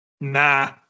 Nah